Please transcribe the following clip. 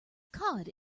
cod